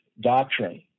doctrine